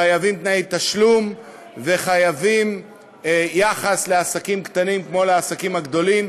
חייבים תנאי תשלום וחייבים יחס לעסקים קטנים כמו לעסקים הגדולים,